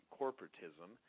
corporatism